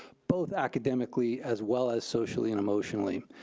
both academically as well as socially and emotionally.